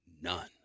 None